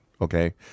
okay